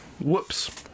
Whoops